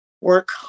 work